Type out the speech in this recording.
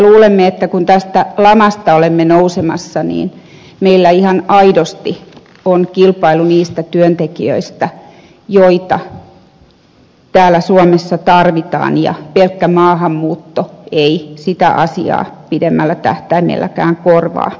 luulen että kun tästä lamasta olemme nousemassa meillä ihan aidosti on kilpailu niistä työntekijöistä joita täällä suomessa tarvitaan ja pelkkä maahanmuutto ei sitä asiaa pidemmälläkään tähtäimellä korjaa